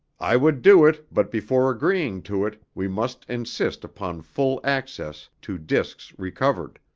i would do it but before agreeing to it we must insist upon full access to discs recovered.